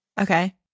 Okay